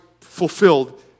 fulfilled